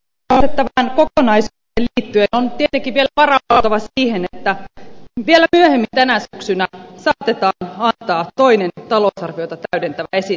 työmarkkinoilla työstettävään kokonaisuuteen liittyen on tietenkin kelkkarata arvon ihanne tähti will vielä varauduttava siihen että vielä myöhemmin tänä syksynä saatetaan antaa toinen talousarviota täydentävä esitys